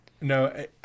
no